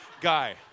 guy